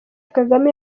kagame